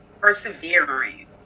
Persevering